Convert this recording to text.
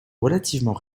relativement